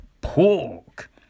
Pork